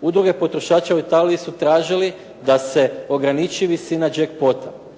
udruge potrošača u Italiji su tražili da se ograniči visina jackpota.